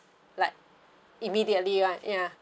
like immediately one ya